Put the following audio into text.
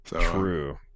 True